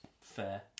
fair